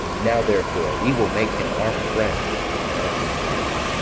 now, therefore, we will make him our friend and our confederate.